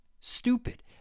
stupid